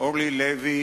אורלי לוי